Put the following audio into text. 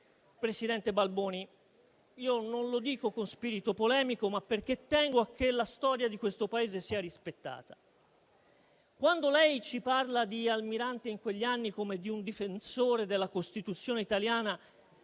Presidente Balboni, non lo dico con spirito polemico, ma perché tengo a che la storia di questo Paese sia rispettata: quando lei ci parla di Almirante in quegli anni come di un difensore della Costituzione italiana